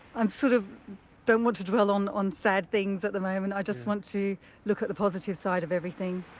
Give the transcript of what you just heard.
and sort of don't want to dwell on on sad things at the moment um and i just want to look at the positive side of everything.